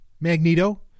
Magneto